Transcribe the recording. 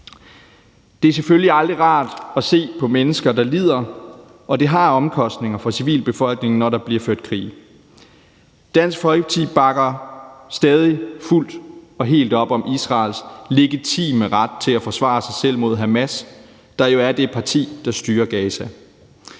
Det er selvfølgelig aldrig rart at se på mennesker, der lider, og det har omkostninger for civilbefolkningen, når der bliver ført krig. Dansk Folkeparti bakker stadig fuldt og helt op om Israels legitime ret til at forsvare sig selv mod Hamas, der jo er det parti, der styrer Gaza.